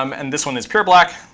um and this one is pure black.